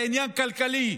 זה עניין כלכלי,